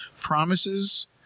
promises